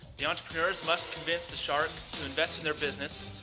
the entrepreneurs must convince the sharks to invest in their business,